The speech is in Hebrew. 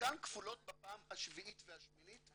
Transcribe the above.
וחלקן כפולות בפעם השביעית והשמינית,